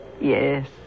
Yes